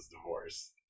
divorce